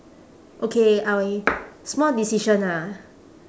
okay I wi~ small decision ah